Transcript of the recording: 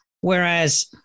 whereas